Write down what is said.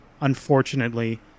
unfortunately